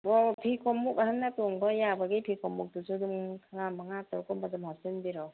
ꯑꯣ ꯐꯤ ꯈꯣꯡꯎꯞ ꯑꯍꯟꯅ ꯇꯣꯡꯕ ꯌꯥꯕꯒꯤ ꯐꯤ ꯈꯣꯡꯎꯞꯇꯨꯁꯨ ꯑꯗꯨꯝ ꯈꯔ ꯃꯉꯥ ꯇꯔꯨꯛ ꯀꯨꯝꯕ ꯑꯗꯨꯝ ꯍꯥꯞꯆꯤꯟꯕꯤꯔꯛꯑꯣ